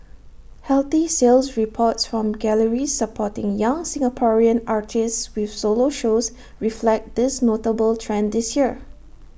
healthy sales reports from galleries supporting young Singaporean artists with solo shows reflect this notable trend this year